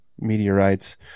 meteorites